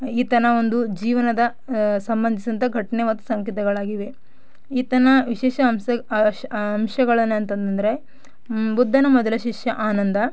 ಈತನ ಒಂದು ಜೀವನದ ಸಂಬಂದಿಸಿದಂಥ ಘಟನೆ ಮತ್ತು ಸಂಕೇತಗಳಾಗಿವೆ ಈತನ ವಿಶೇಷ ಅಂಶ ಆ ಅಂಶಗಳನ್ನೆ ಅಂತಂದ್ರೆ ಬುದ್ಧನ ಮೊದಲ ಶಿಷ್ಯ ಆನಂದ